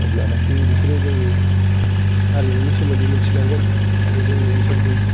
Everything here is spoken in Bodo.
अब्लानाखि बिसोरो जोंनि हारिमुनि सोमोन्दै मिथिलांगोन आरो जोंनि ओनसोलनि